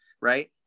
right